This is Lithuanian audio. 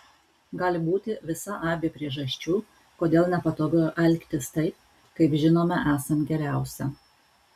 gali būti visa aibė priežasčių kodėl nepatogu elgtis taip kaip žinome esant geriausia